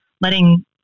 letting